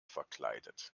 verkleidet